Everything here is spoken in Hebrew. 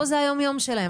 פה זה היומיום שלהם,